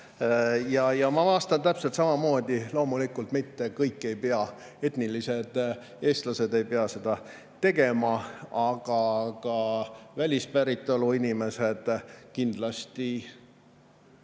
Ma vastan täpselt samamoodi, et loomulikult mitte kõik ei pea. Etnilised eestlased ei pea seda tegema, aga välispäritolu inimesed [peavad]